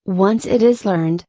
once it is learned,